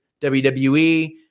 WWE